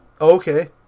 Okay